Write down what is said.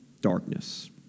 darkness